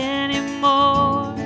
anymore